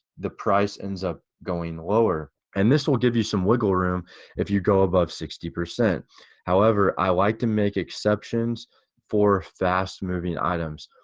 the price ends up going lower. and this will give you some wiggle room if you go above sixty. however i like to make exceptions for fast moving items.